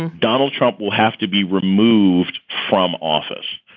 and donald trump will have to be removed from office.